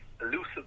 elusive